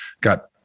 got